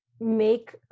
make